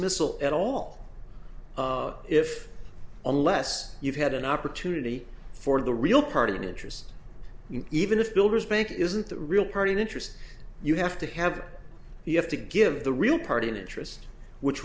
dismissal at all if unless you've had an opportunity for the real party and interest even if builders bank isn't the real party of interest you have to have you have to give the real party in interest which